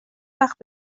وقت